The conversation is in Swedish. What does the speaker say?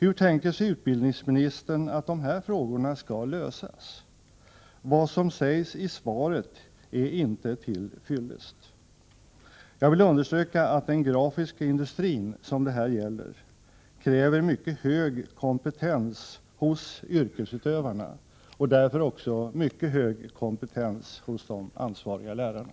Hur tänker sig utbildningsministern att dessa frågor skall lösas? Vad som sägs i svaret är inte till fyllest. Jag vill understryka att den grafiska industrin, som det gäller här, kräver mycket hög kompetens hos yrkesutövarna och därför också mycket hög kompetens hos de ansvariga lärarna.